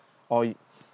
or